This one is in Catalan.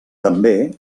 també